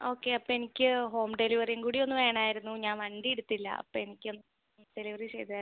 okay അപ്പം എനിക്ക് home ഡെലിവെറിയും കൂടിയൊന്ന് വേണമായിരുന്നു ഞാൻ വണ്ടി എടുത്തില്ല അപ്പോൾ എനിക്കും ഡെലിവറി ചെയ്തുതരണം